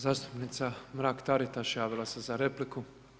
Zastupnica Mrak Taritaš javila se za repliku.